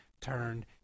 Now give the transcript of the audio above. turned